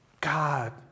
God